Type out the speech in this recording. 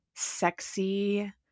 sexy